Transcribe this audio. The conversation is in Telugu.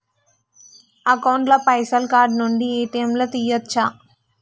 అకౌంట్ ల పైసల్ కార్డ్ నుండి ఏ.టి.ఎమ్ లా తియ్యచ్చా?